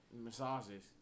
massages